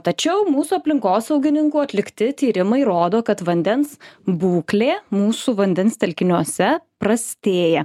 tačiau mūsų aplinkosaugininkų atlikti tyrimai rodo kad vandens būklė mūsų vandens telkiniuose prastėja